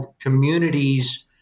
communities